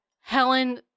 Helen